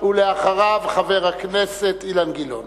ולאחריו, חבר הכנסת אילן גילאון.